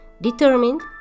Determined